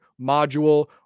module